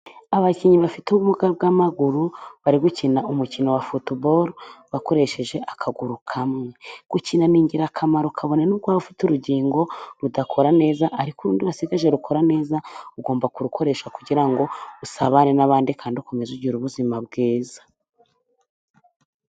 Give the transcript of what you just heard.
Abakinnyi bafite ubumuga bw'amaguru bari gukina umukino wa futuboro bakoresheje akaguru kamwe. Gukina ni ingirakamaro kabone n'iyo waba ufite urugingo rudakora neza, ariko urundi wasigaje rukora neza, ugomba kurukoresha kugira ngo usabane n'abandi kandi ukomeza ugira ubuzima bwiza.